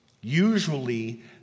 Usually